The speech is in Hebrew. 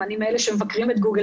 אני תמיד מאלה שמבקרים אותם,